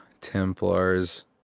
templars